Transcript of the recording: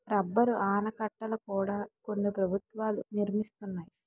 rubber ఆనకట్టల కూడా కొన్ని ప్రభుత్వాలు నిర్మిస్తున్నాయి